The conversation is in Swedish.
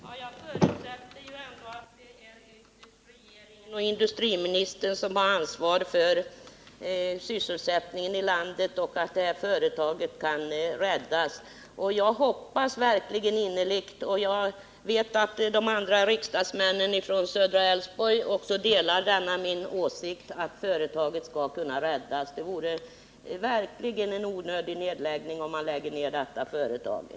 Herr talman! Jag förutsätter ändå att det ytterst är regeringen och industriministern som har ansvaret för sysselsättningen i landet och för att det här företaget kan räddas. Jag hoppas innerligt att företaget skall kunna räddas, och jag vet att också de andra riksdagsmännen från södra Älvsborg delar min åsikt. Det är verkligen fråga om en onödig nedläggning om Kasthalls skulle lägga ned driften.